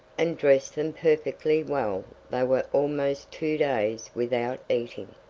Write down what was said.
and dressed them perfectly well they were almost two days without eating,